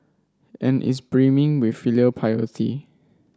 and is brimming with filial piety